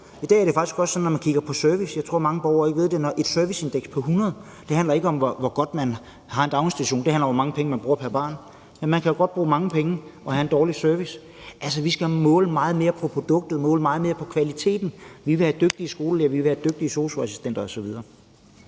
I dag er det faktisk også sådan, at når man kigger på service – jeg tror, at mange borgere ikke ved det – og har et serviceindeks på 100, så handler det ikke om, hvor god en daginstitution er; det handler om, hvor mange penge man bruger pr. barn. Men man kan jo godt bruge mange penge og have en dårlig service. Altså, vi skal måle meget mere på produktet, altså på kvaliteten. Vi vil have dygtige skolelærere, vi vil have dygtige sosu-assistenter osv.